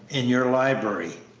in your library.